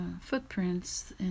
footprints